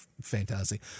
fantastic